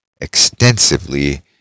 extensively